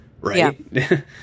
right